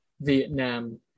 Vietnam